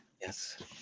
Yes